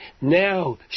Now